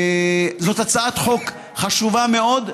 זאת הצעת חוק חשובה מאוד,